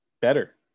Better